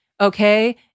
okay